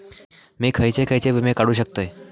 मी खयचे खयचे विमे काढू शकतय?